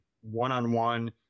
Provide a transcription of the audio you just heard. one-on-one